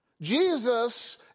Jesus